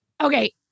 Okay